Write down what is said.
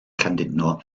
llandudno